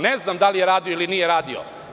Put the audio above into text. Ne znam da li je radio ili nije radio.